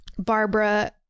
Barbara